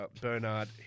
Bernard